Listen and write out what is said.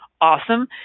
Awesome